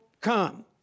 come